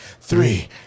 Three